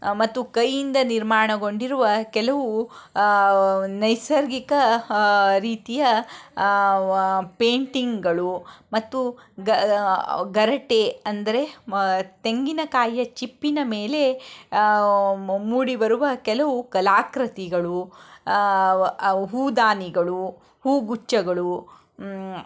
ಮತ್ತು ಕೈಯಿಂದ ನಿರ್ಮಾಣಗೊಂಡಿರುವ ಕೆಲವು ನೈಸರ್ಗಿಕ ರೀತಿಯ ಪೈಂಟಿಂಗ್ಗಳು ಮತ್ತು ಗೆರಟೆ ಅಂದರೆ ತೆಂಗಿನ ಕಾಯಿಯ ಚಿಪ್ಪಿನ ಮೇಲೆ ಮೂಡಿಬರುವ ಕೆಲವು ಕಲಾಕೃತಿಗಳು ಹೂದಾನಿಗಳು ಹೂಗುಚ್ಛಗಳು